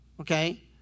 okay